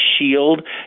shield